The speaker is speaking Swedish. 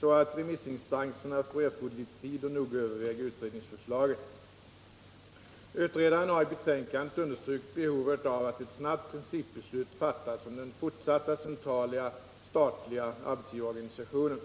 så att remissinstanserna får erforderlig tid att noga överväga utredningsförslaget. Utredaren har i betänkandet understrukit behovet av att ett snabbt principbeslut fattas om den fortsatta centrala statliga arbetsgivarorganisationen.